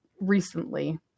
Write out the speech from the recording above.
recently